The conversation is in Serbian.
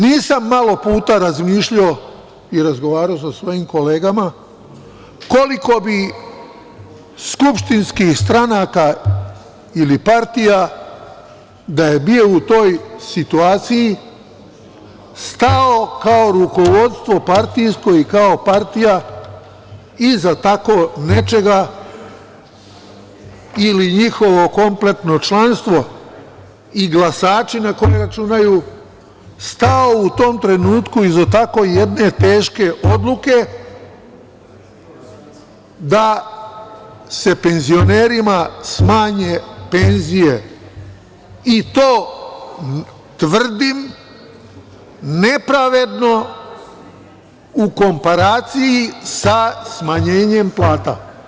Nisam malo puta razmišljao i razgovarao sa svojim kolegama koliko bi skupštinskih stranaka ili partija da su bile u toj situaciji stale kao rukovodstvo partijsko i kao partija iza tako nečega ili njihovo kompletno članstvo i glasači na koje računaju, stale u tom trenutku iza tako jedne teške odluke da se penzionerima smanje penzije i to tvrdim nepravedno u komparaciji sa smanjenjem plata.